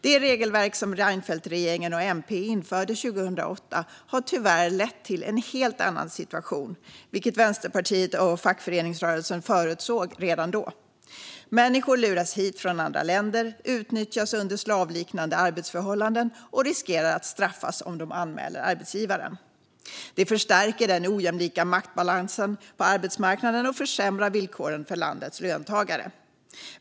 Det regelverk som Reinfeldtregeringen och MP införde 2008 har tyvärr lett till en helt annan situation, vilket Vänsterpartiet och fackföreningsrörelsen förutsåg redan då. Människor luras hit från andra länder, utnyttjas under slavliknande arbetsförhållanden och riskerar att straffas om de anmäler arbetsgivaren. Det förstärker den ojämlika maktbalansen på arbetsmarknaden och försämrar villkoren för landets löntagare.